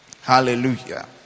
Hallelujah